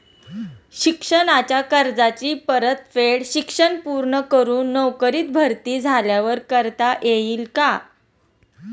शिक्षणाच्या कर्जाची परतफेड शिक्षण पूर्ण करून नोकरीत भरती झाल्यावर करता येईल काय?